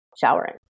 showering